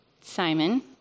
Simon